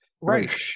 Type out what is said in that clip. Right